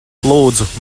lūdzu